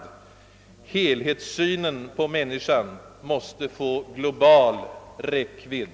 Helhetssynen på människan måste få global räckvidd.